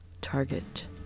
Target